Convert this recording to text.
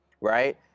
right